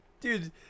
dude